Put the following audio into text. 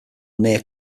near